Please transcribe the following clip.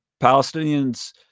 Palestinians